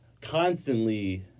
constantly